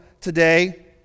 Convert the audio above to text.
today